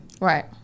right